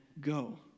go